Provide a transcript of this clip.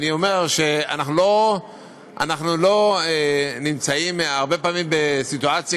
אני אומר שאנחנו לא נמצאים הרבה פעמים בסיטואציה